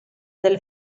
del